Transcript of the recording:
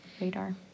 radar